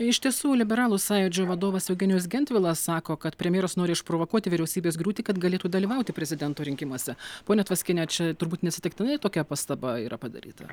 iš tiesų liberalų sąjūdžio vadovas eugenijus gentvilas sako kad premjeras nori išprovokuoti vyriausybės griūtį kad galėtų dalyvauti prezidento rinkimuose ponia tvaskiene čia turbūt neatsitiktinai tokia pastaba yra padaryta